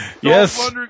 Yes